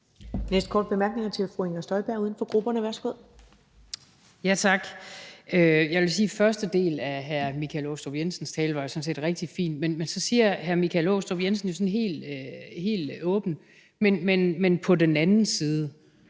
næste korte bemærkning er til fru Inger Støjberg (UFG). Værsgo. Kl. 14:15 Inger Støjberg (UFG): Tak. Jeg vil sige, at den første del af hr. Michael Aastrup Jensens tale sådan set var rigtig fin, men så siger hr. Michael Aastrup Jensen jo sådan helt åbent: Men på den anden side.